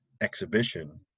exhibition